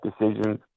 decisions